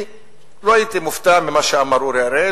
לא הייתי מופתע ממה שאמר אורי אריאל